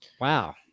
Wow